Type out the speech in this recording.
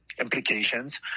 implications